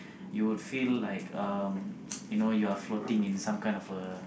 you will feel like um you know you are floating in some kind of a